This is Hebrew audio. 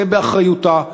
זה באחריותה,